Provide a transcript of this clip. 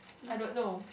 I don't know